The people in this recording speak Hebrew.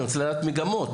אני רוצה לדעת מגמות.